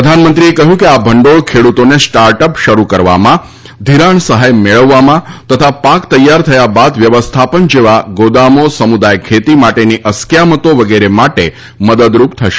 પ્રધાનમંત્રીએ કહ્યું કે આ ભંડોળ ખેડૂતોને સ્ટાર્ટ અપ શરૂ કરવામાં ઘિરાણ સહાય મેળવવામાં તથા પાક તૈયાર થયા બાદના વ્યવસ્થાપન જેવા ગોદામો સમુદાય ખેતી માટેની અસ્કયામતો વગેરે માટે મદદરૂપ થશે